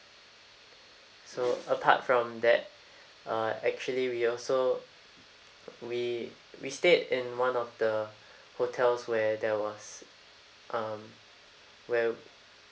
so apart from that uh actually we also we we stayed in one of the hotels where there was um where